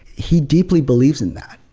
he deeply believes in that.